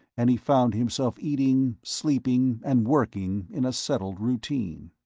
and he found himself eating, sleeping and working in a settled routine.